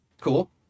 Cool